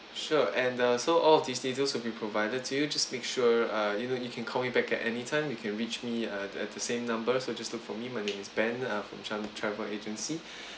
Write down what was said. sure and uh so all of these details will be provided to you just make sure uh you know you can call me back at anytime you can reach me uh at the same number so just look for me my name is ben uh I'm from chan travel agency